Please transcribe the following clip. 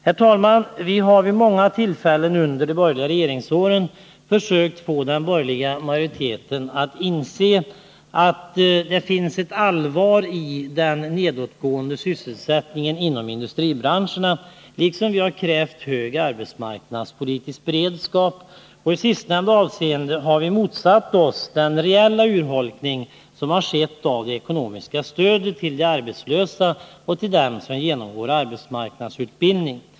Herr talman! Vi har vid många tillfällen under de borgerliga regeringsåren försökt få den borgerliga majoriteten att inse allvaret i den nedåtgående sysselsättningen inom industribranscherna, liksom vi har krävt hög arbetsmarknadspolitisk beredskap. Och i sistnämnda avseende har vi motsatt oss den reella urholkning som har skett av det ekonomiska stödet till de arbetslösa och till dem som genomgår arbetsmarknadsutbildning .